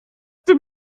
dem